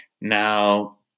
Now